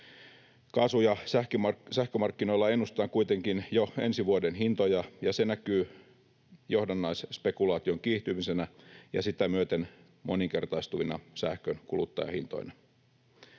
Kaasu‑ ja sähkömarkkinoilla ennustetaan kuitenkin jo ensi vuoden hintoja, ja se näkyy johdannaisspekulaation kiihtymisenä ja sitä myöten moninkertaistuvina sähkön kuluttajahintoina.